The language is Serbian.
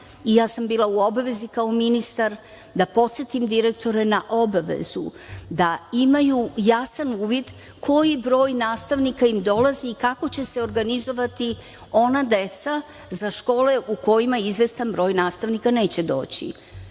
i ja sam bila u obavezi kao ministar da podsetim direktore na obavezu da imaju jasan uvid koji broj nastavnika im dolazi, kako će se organizovati ona deca za škole u kojima izvestan broj nastavnika neće doći.